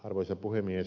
arvoisa puhemies